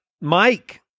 Mike